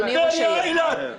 נותנים לטבריה ולאילת.